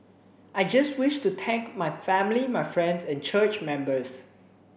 I just wish to thank my family my friends and church members